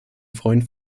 freund